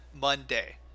monday